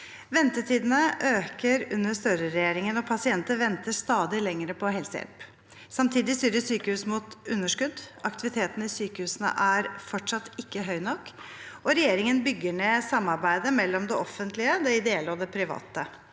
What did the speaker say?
«Ventetidene øker under Støre-regjeringen, og pasienter venter stadig lenger på helsehjelp. Samtidig styrer sykehus mot underskudd, aktiviteten i sykehusene er fortsatt ikke høy nok og regjeringen bygger ned samarbeidet mellom det offentlige, det ideelle og det private.